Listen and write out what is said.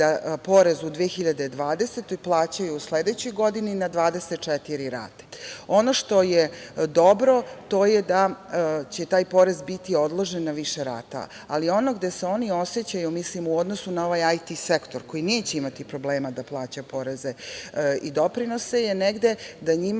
porez u 2020. godini plaćaju u sledećoj godini na 24 rate. Ono što je dobro, to je da će taj porez biti odložen na više rata. Ali, ono gde se oni osećaju, mislim u odnosu na ovaj IT sektor, koji neće imati problema da plaća poreze i doprinose, je negde da je njima